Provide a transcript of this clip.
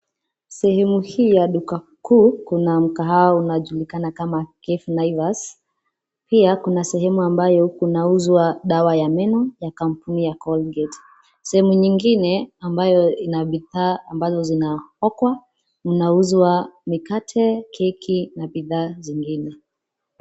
Sehemu hii ya duka kuu kuna mkahawa unajulikana kama Cafe Naivas. Pia kuna sehemu ambayo kunauzwa dawa ya meno ya kampuni ya Colgate. Sehemu nyingine ambayo ina bidhaa ambazo zinaokwa mnauzwa mikate, keki na bidhaa zingine.